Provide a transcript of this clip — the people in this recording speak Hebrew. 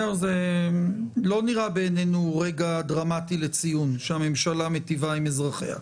זה לא נראה בעינינו רגע דרמטי לציון שהממשלה מטיבה עם אזרחיה.